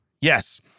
Yes